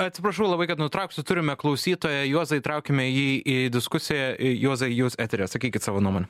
atsiprašau labai kad nutrauksiu turime klausytoją juozą įtraukime jį į diskusiją juozai jūs eteryje sakykit savo nuomonę